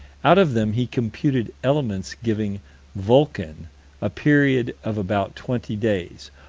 out of them he computed elements giving vulcan a period of about twenty days,